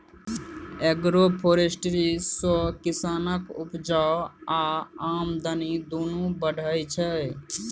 agroforestry सँ किसानक उपजा आ आमदनी दुनु बढ़य छै